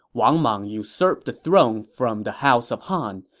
wang mang usurped the throne from the house of han,